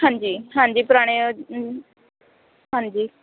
ਹਾਂਜੀ ਹਾਂਜੀ ਪੁਰਾਣੇ ਹਾਂਜੀ